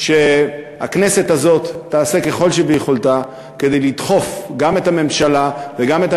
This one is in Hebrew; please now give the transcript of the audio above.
שהכנסת הזאת תעשה ככל יכולתה כדי לדחוף גם את הממשלה וגם את